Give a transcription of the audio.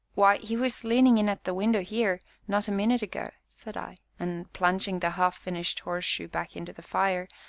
why, he was leaning in at the window here, not a minute ago, said i, and, plunging the half-finished horseshoe back into the fire,